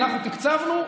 אנחנו תקצבנו,